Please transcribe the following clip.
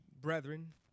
brethren